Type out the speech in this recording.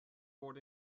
born